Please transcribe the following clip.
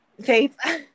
Faith